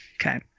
Okay